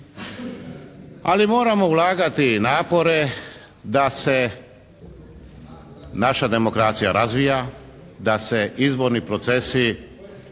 Ali moramo ulagati i napore da se naša demokracija razvija, da se izborni procesi